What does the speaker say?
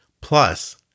Plus